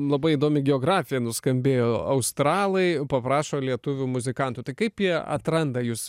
labai įdomi geografija nuskambėjo australai paprašo lietuvių muzikantų tai kaip jie atranda jus